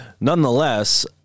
nonetheless